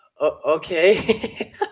okay